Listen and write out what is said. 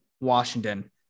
washington